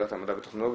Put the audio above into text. ועדת המדע והטכנולוגיה.